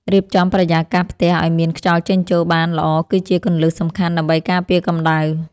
រៀបចំបរិយាកាសផ្ទះឱ្យមានខ្យល់ចេញចូលបានល្អគឺជាគន្លឹះសំខាន់ដើម្បីការពារកម្តៅ។